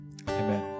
Amen